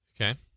Okay